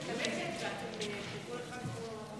אבל חביב הדוברים.